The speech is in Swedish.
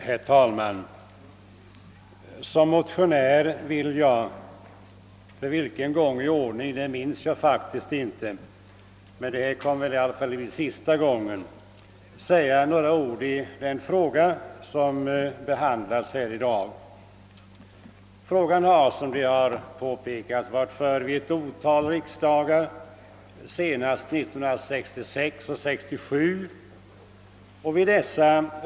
Herr talman! Som motionär vill jag — för vilken gång i ordningen minns jag inte men detta kommer väl i alla fall att bli den sista — säga några ord i den fråga som behandlas i utskottsbetänkandet. Frågan har varit före vid ett otal riksdagar, senast 1966 och 1967.